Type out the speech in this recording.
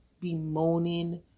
bemoaning